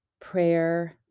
prayer